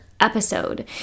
episode